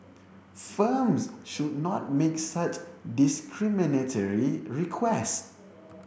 firms should not make such discriminatory request